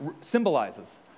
symbolizes